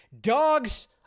Dogs